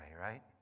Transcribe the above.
right